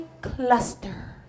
Cluster